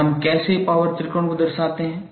और हम कैसे पावर त्रिकोण को दर्शाते हैं